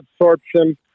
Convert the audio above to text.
absorption